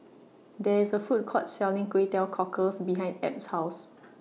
There IS A Food Court Selling Kway Teow Cockles behind Ebb's House